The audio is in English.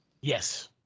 Yes